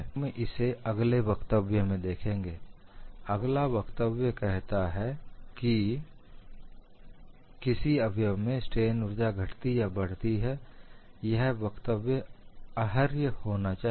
हम इसे अगले वक्तव्य में देखेंगे अगला वक्तव्य कहता है कि किसी अवयव में स्ट्रेन ऊर्जा घटती या बढ़ती है यह वक्तव्य अर्ह होना चाहिए